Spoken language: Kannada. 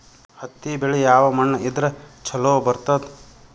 ಹತ್ತಿ ಬೆಳಿ ಯಾವ ಮಣ್ಣ ಇದ್ರ ಛಲೋ ಬರ್ತದ?